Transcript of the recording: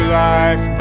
life